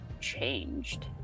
changed